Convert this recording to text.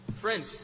friends